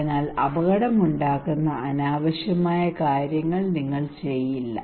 അതിനാൽ അപകടമുണ്ടാക്കുന്ന അനാവശ്യമായ കാര്യങ്ങൾ നിങ്ങൾ ചെയ്യില്ല